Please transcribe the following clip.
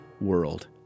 world